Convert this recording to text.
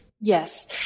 Yes